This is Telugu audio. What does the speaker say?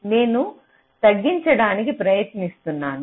నేను తగ్గించడానికి ప్రయత్నిస్తున్నాను